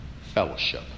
fellowship